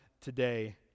today